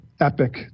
epic